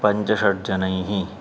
पञ्च षड् जनैः